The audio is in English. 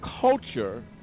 culture